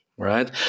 Right